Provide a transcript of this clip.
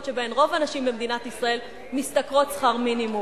שבהן רוב הנשים במדינת ישראל משתכרות שכר מינימום.